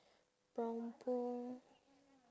brown boo~